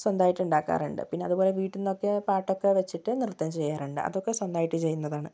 സ്വന്തായിട്ട് ഉണ്ടാക്കാറുണ്ട് പിന്നെ അതുപോലെ വീട്ടിൽ നിന്നൊക്കെ പാട്ടൊക്കെ വെച്ചിട്ട് നൃത്തം ചെയ്യാറുണ്ട് അതൊക്കെ സ്വന്തമായിട്ടു ചെയ്യുന്നതാണ്